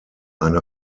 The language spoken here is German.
eine